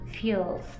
fuels